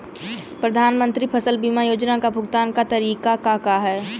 प्रधानमंत्री फसल बीमा योजना क भुगतान क तरीकाका ह?